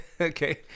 Okay